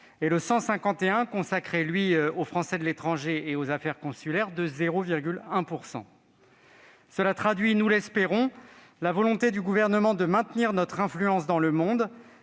151, consacré, quant à lui, aux Français de l'étranger et aux affaires consulaires, de 0,1 %. Cela traduit, nous l'espérons, la volonté du Gouvernement de maintenir notre influence culturelle dans le monde,